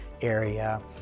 area